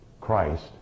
Christ